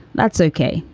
that's okay.